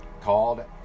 called